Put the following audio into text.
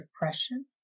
depression